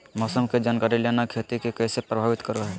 मौसम के जानकारी लेना खेती के कैसे प्रभावित करो है?